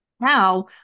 Now